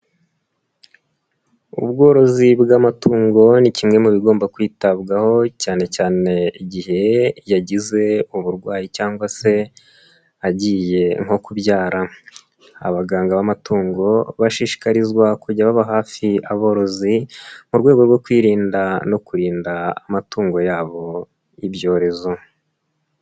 Ubworozi bw'amatungo ni kimwe mu bigomba kwitabwaho, cyane cyane igihe yagize uburwayi cyangwa se agiye nko kubyara, abaganga b'amatungo bashishikarizwa kujya baba hafi aborozi, mu rwego rwo kwirinda no kurinda amatungo yabo ibyorezo.